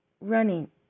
Running